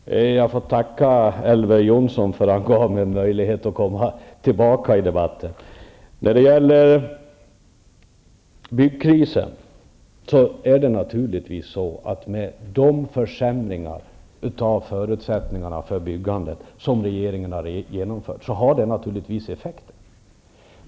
Herr talman! Jag får tacka Elver Jonsson för att han gav mig möjlighet att komma tillbaka i debatten. Beträffande byggkrisen måste jag säga att de försämringar i förutsättningarna för byggandet som regeringen genomfört naturligtvis har effekt.